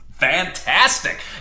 fantastic